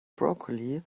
broccoli